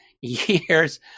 years